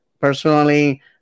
personally